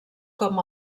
com